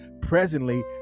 presently